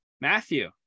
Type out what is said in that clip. matthew